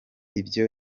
ibyo